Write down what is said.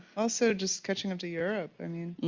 also just catching up to europe. i mean,